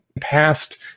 past